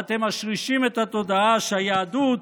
ואתם משרישים את התודעה שהיהדות